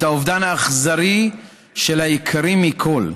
את האובדן האכזרי של היקרים מכול,